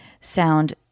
sound